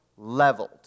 leveled